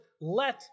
Let